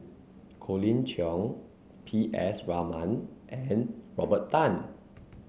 Colin Cheong P S Raman and Robert Tan